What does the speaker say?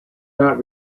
not